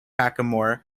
hackamore